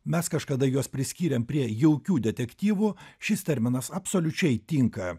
mes kažkada juos priskyrėm prie jaukių detektyvų šis terminas absoliučiai tinka